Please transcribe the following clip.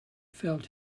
felt